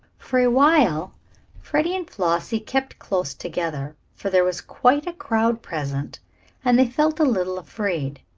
for a while freddie and flossie kept close together, for there was quite a crowd present and they felt a little afraid.